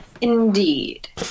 Indeed